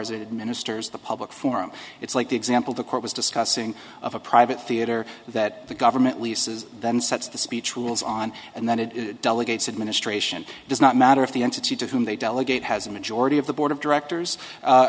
it ministers the public forum it's like the example the court was discussing of a private theatre that the government leases then sets the speech rules on and then it is delegates administration does not matter if the entity to whom they delegate has a majority of the board of directors a